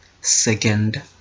second